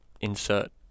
insert